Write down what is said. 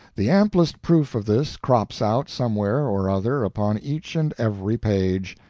the amplest proof of this crops out somewhere or other upon each and every page.